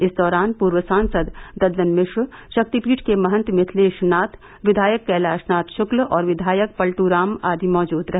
इस दौरान पूर्व सांसद दददन मिश्र शक्तिपीठ के महंत मिथिलेश नाथ विधायक कैलाश नाथ शुक्ल और विधायक पलट् राम आदि मौजूद रहे